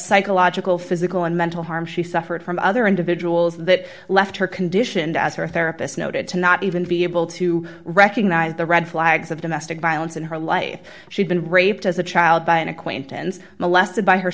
psychological physical and mental harm she suffered from other individuals that left her conditioned as her therapist noted to not even be able to recognize the red flags of domestic violence in her life she'd been raped as a child by an acquaintance molested by her